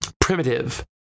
primitive